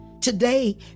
Today